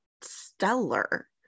stellar